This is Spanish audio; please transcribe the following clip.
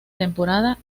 temporada